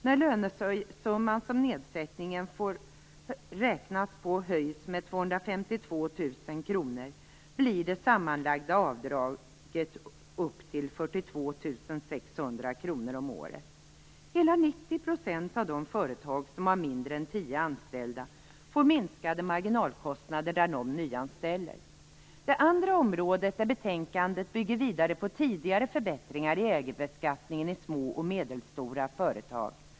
När den lönesumma som nedsättningen får räknas på höjs med 252 000 kr blir det sammanlagda avdraget upp till 42 600 kr om året. Hela 90 % av de företag som har mindre än tio anställda får minskade marginalkostnader när de nyanställer. Det andra området där det i betänkandet byggs vidare på tidigare förbättringar är ägarbeskattningen i små och medelstora företag.